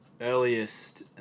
earliest